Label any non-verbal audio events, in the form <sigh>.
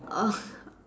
<noise>